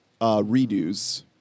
redos